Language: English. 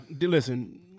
listen